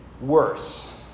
worse